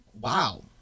Wow